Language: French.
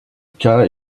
cas